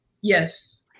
Yes